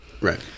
Right